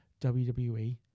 WWE